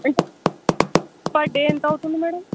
per day ఎంత అవుంతుంది madam